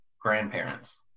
grandparents